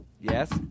Yes